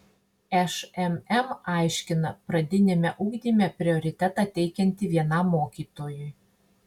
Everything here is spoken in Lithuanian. šmm aiškina pradiniame ugdyme prioritetą teikianti vienam mokytojui